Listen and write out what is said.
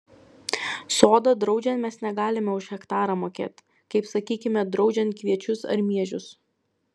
sodą draudžiant mes negalime už hektarą mokėt kaip sakykime draudžiant kviečius ar miežius